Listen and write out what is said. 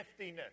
niftiness